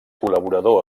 col·laborador